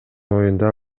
оюнда